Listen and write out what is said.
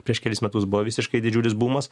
prieš kelis metus buvo visiškai didžiulis bumas